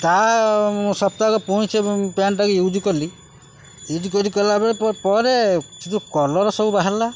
ତା' ସପ୍ତାହକ ପୁଣି ସେ ପ୍ୟାଣ୍ଟଟାକୁ ୟୁଜ୍ କଲି ୟୁଜ୍ କରି କଲାବେଳେ ପରେ ସେ ଯେଉଁ କଲର୍ ସବୁ ବାହାରିଲା